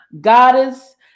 goddess